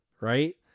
right